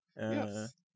yes